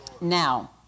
Now